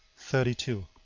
thirty two.